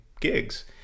gigs